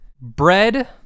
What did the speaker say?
Bread